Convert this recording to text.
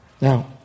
Now